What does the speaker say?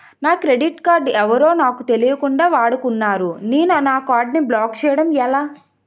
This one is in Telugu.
నా క్రెడిట్ కార్డ్ ఎవరో నాకు తెలియకుండా వాడుకున్నారు నేను నా కార్డ్ ని బ్లాక్ చేయడం ఎలా?